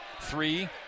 Three